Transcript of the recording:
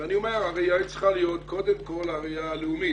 ואני אומר שהראייה צריכה להיות קודם כל הראייה הלאומית.